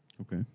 Okay